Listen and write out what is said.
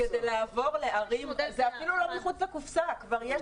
זה אפילו לא מחוץ לקופסה, כבר יש